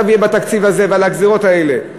יהיה בגלל התקציב הזה ועל הגזירות האלה.